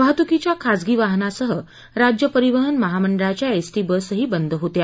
वाहतुकीच्या खाजगी वाहनासह राज्य परिवहन महामंडळाच्या एस ी बसही बंद होत्या